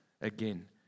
again